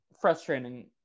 frustrating